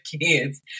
kids